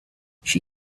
she